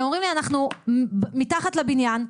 הם אומרים לי 'אנחנו מתחת לבניין,